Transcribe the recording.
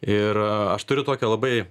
ir aš turiu tokią labai